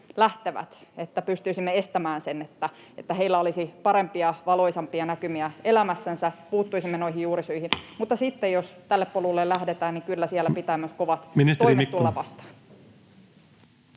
tälle polulle, jotta heillä olisi parempia, valoisampia näkymiä elämässänsä, puuttuisimme noihin juurisyihin. Mutta sitten, jos tälle polulle lähdetään, niin kyllä siellä pitää myös kovat toimet tulla vastaan.